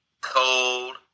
cold